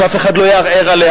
שאף אחד לא יערער עליה.